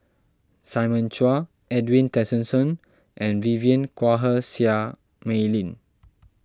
Simon Chua Edwin Tessensohn and Vivien Quahe Seah Mei Lin